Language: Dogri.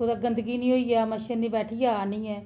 कुतै गंदगी नीं होई जा मच्छर नीं बैठी जा आह्नियै